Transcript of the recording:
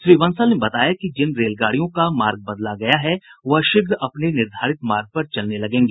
श्री बंसल ने बताया कि जिन रेलगाडियों का मार्ग बदला गया है वह शीघ्र अपने निर्धारित मार्ग पर चलने लगेंगी